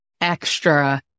extra